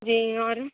جی اور